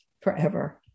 forever